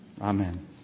Amen